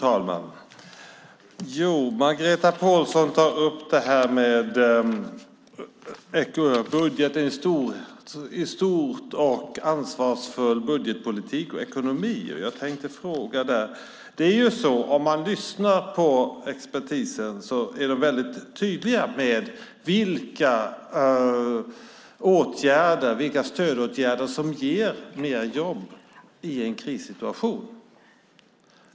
Fru talman! Margareta Pålsson tar upp det här med budgeten i stort och ansvarsfull budgetpolitik och ekonomi, och jag tänkte fråga lite om det. Om man lyssnar på expertisen framgår det att de är väldigt tydliga med vilka stödåtgärder som ger mer jobb i en krissituation.